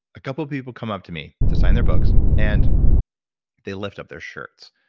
a couple of people come up to me to sign their books, and they lift up their shirts,